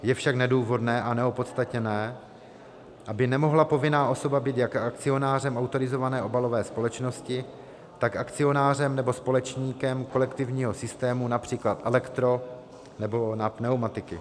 Je však nedůvodné a neopodstatněné, aby nemohla povinná osoba být jak akcionářem autorizované obalové společnosti, tak akcionářem nebo společníkem kolektivního systému, například elektro nebo na pneumatiky.